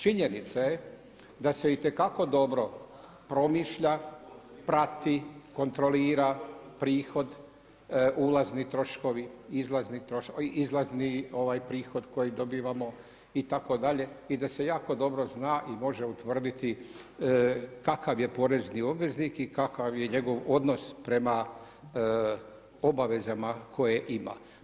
Činjenica je da se itekako dobro promišlja, prati, kontrolira prihod, ulazni troškovi, izlazni prihod kojeg dobivamo itd. i da se jako dobro zna i može utvrditi kakav je porezni obveznik i kakav je njegov odnos prema obavezama koje ima.